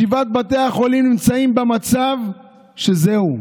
שבעת בתי החולים נמצאים במצב שזהו,